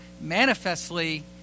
manifestly